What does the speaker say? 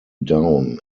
down